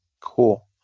Cool